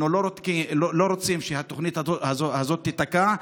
אנחנו לא רוצים שהתוכנית הזאת תיתקע,